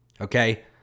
Okay